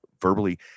verbally